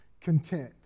content